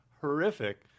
horrific